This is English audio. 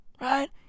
Right